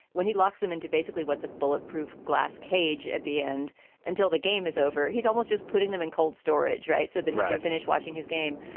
when he locks them into basically what's a bulletproof glass cage at the end until the game is over, he's almost just putting them in cold storage. right. so that i finish watching his game.